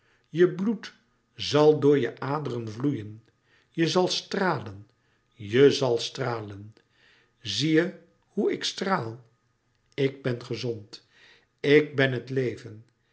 je bloed zal door je aderen vloeien je zal stralen je zal stralen zie je hoe ik straal ik ben gezond ik ben het leven